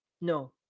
No